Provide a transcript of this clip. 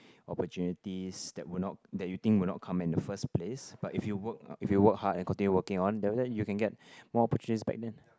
opportunities that will not that you think will not come in the first place but if you work if you work hard and continue working on then after that you can get more opportunities back then